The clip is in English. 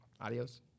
Adios